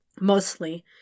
mostly